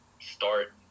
start